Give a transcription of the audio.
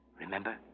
Remember